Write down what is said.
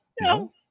No